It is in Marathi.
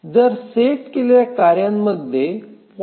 जर सेट केलेल्या कार्यांमध्ये ०